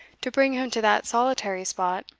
to bring him to that solitary spot,